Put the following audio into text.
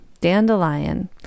Dandelion